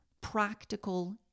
practical